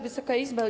Wysoka Izbo!